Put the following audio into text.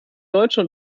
deutsche